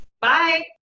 bye